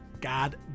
god